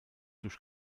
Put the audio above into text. durch